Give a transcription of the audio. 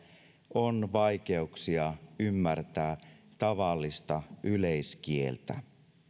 on vaikeuksia ymmärtää tavallista yleiskieltä